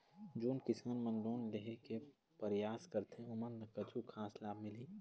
जोन किसान मन लोन लेहे के परयास करथें ओमन ला कछु खास लाभ मिलही?